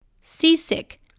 Seasick